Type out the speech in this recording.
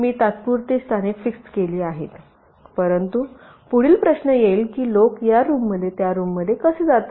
मी तात्पुरते स्थाने फिक्स्ड केली आहेत परंतु पुढील प्रश्न येईल की लोक या रूमतून त्या रूम मध्ये कसे जातात